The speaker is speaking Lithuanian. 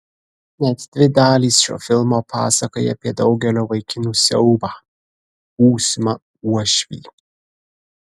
net dvi dalys šio filmo pasakoja apie daugelio vaikinų siaubą būsimą uošvį